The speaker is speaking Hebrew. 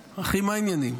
אחי, מה העניינים?